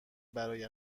برای